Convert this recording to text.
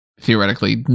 theoretically